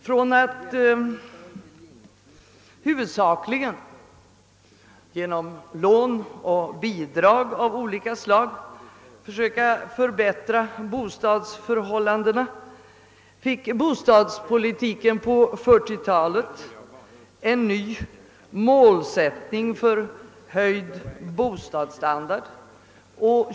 Från att huvudsakligen genom lån och bidrag av olika slag förbättra bostadsförhållandena fick bostadspolitiken på 1940-talet en ny målsättning i höjd bostadsstandard.